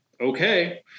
okay